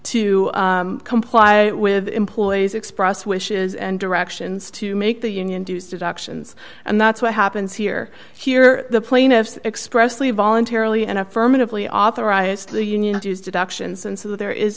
to comply with the employee's expressed wishes and directions to make the union dues deductions and that's what happens here here the plaintiffs expressly voluntarily and affirmatively authorized the union dues deductions and so there is